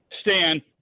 Stan